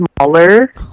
smaller